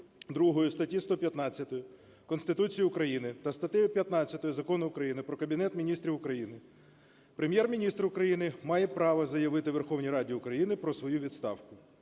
статті 115 Конституції України та статтею 15 Закону України "Про Кабінет Міністрів України" Прем’єр-міністр України має право заявити Верховній Раді України про свою відставку.